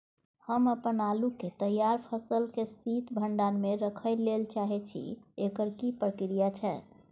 हम अपन आलू के तैयार फसल के शीत भंडार में रखै लेल चाहे छी, एकर की प्रक्रिया छै?